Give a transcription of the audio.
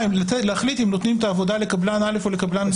להחליט אם נותנים את העבודה לקבלן א' או לקבלן ב'.